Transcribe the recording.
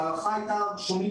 לפי ההערכה הראשונית,